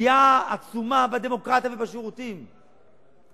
פגיעה עצומה בדמוקרטיה ובשירותים,